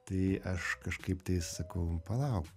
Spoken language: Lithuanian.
tai aš kažkaip tai sakau palauk